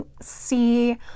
see